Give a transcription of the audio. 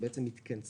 אנחנו בעצם מתכנסים.